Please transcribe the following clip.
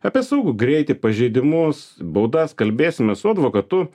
apie saugų greitį pažeidimus baudas kalbėsimės su advokatu